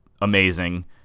amazing